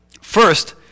First